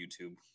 YouTube